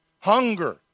hunger